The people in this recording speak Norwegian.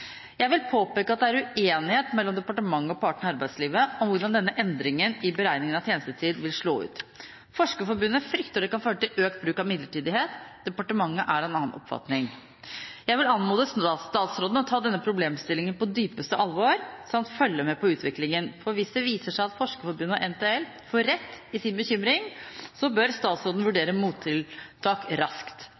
Jeg vil påpeke at det er uenighet mellom departementet og partene i arbeidslivet om hvordan denne endringen i beregningen av tjenestetid vil slå ut. Forskerforbundet frykter det kan føre til økt bruk av midlertidighet. Departementet er av en annen oppfatning. Jeg vil anmode statsråden om å ta denne problemstillingen på dypeste alvor, samt følge med på utviklingen. Hvis det viser seg at Forskerforbundet og NTL får rett i sin bekymring, bør statsråden vurdere mottiltak raskt,